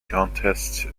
contest